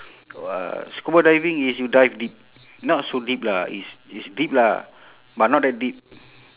uh scuba diving is you dive deep not so deep lah it's it's deep lah but not that deep